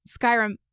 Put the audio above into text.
Skyrim